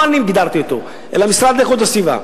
לא אני הגדרתי אותו אלא המשרד להגנת הסביבה,